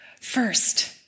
first